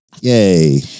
Yay